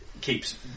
keeps